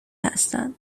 هستن